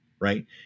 right